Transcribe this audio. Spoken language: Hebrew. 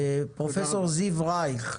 פרופסור זיו רייך,